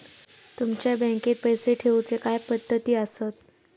तुमच्या बँकेत पैसे ठेऊचे काय पद्धती आसत?